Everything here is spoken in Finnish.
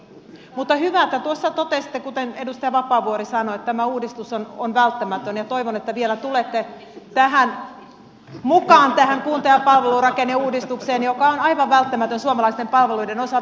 mutta hyvä että tuossa totesitte kuten edustaja vapaavuori sanoi että tämä uudistus on välttämätön ja toivon että vielä tulette mukaan tähän kunta ja palvelurakenneuudistukseen joka on aivan välttämätön suomalaisten palveluiden osalta